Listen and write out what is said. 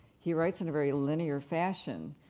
he writes in a very linear fashion,